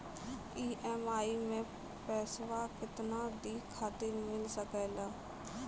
EMI मैं पैसवा केतना दिन खातिर मिल सके ला?